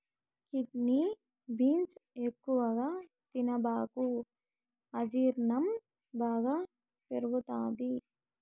kidney beans ఎక్కువగా తినబాకు అజీర్ణం బాగా పెరుగుతది